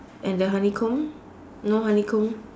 and the honeycomb no honeycomb